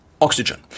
oxygen